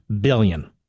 billion